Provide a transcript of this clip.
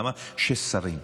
למה ששרים?